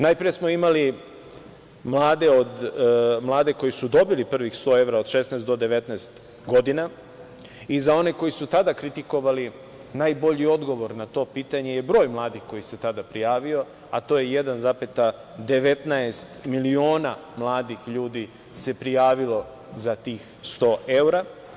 Najpre smo imali mlade koji su dobili prvih 100 evra od 16 do 19 godine i za one koji su tada kritikovali, najbolji odgovor na to pitanje je broj mladih koji se tada prijavio, a to je 1,19 miliona mladih ljudi se prijavilo za tih 100 evra.